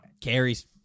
carries